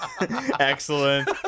Excellent